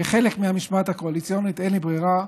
כחלק מהמשמעת הקואליציונית, אין לי ברירה,